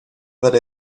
vede